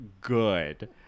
good